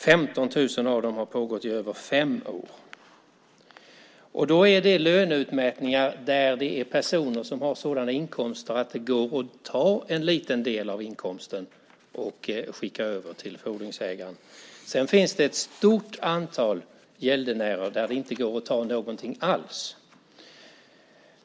15 000 av dem har löneutmätningar som har pågått i över fem år. Då är det löneutmätningar för personer som har sådana inkomster att det går att ta en liten del av inkomsten och skicka över till fordringsägaren. Sedan finns det ett stort antal gäldenärer där det inte går att ta någonting alls.